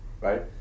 right